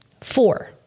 four